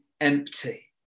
empty